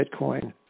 Bitcoin